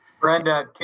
Brenda